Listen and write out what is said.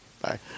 Bye